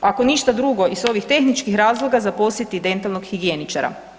ako ništa drugo, iz ovih tehničkih razloga zaposliti dentalnog higijeničara?